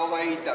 לא ראית,